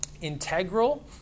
integral